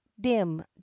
dim